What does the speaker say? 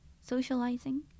socializing